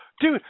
Dude